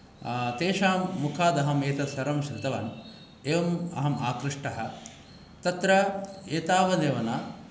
तेषां मुखात् अहं एतत् सर्वं शृतवान् एवम् अहम् आकृष्टः तत्र एतावद् एव न